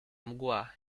mgła